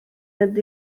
mynd